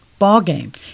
ballgame